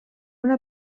una